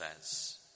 says